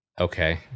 Okay